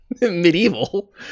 Medieval